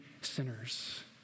sinners